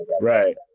Right